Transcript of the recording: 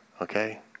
okay